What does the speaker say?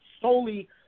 solely